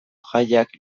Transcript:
jaiak